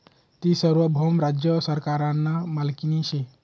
ती सार्वभौम राज्य सरकारना मालकीनी शे